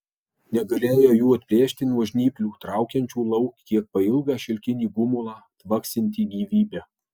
negalėjo jų atplėšti nuo žnyplių traukiančių lauk kiek pailgą šilkinį gumulą tvaksintį gyvybe